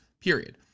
Period